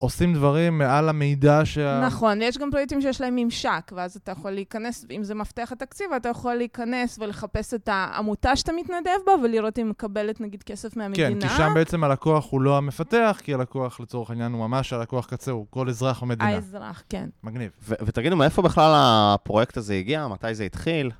עושים דברים מעל המידע שה... נכון, ויש גם פרויקטים שיש להם ממשק, ואז אתה יכול להיכנס, אם זה מפתח התקציב, אתה יכול להיכנס ולחפש את העמותה שאתה מתנדב בה, ולראות אם מקבלת נגיד כסף מהמדינה. כן, כי שם בעצם הלקוח הוא לא המפתח, כי הלקוח לצורך העניין הוא ממש הלקוח קצר, הוא כל אזרח המדינה. האזרח, כן. מגניב. ותגידו, מאיפה בכלל הפרויקט הזה הגיע, מתי זה התחיל?